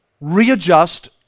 readjust